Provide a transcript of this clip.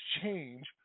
change